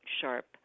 sharp